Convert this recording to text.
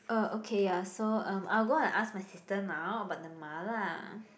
uh okay ya so um I will go and ask my sister now about the Ma-la